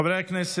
רגע,